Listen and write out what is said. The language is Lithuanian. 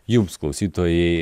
jums klausytojai